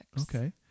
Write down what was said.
Okay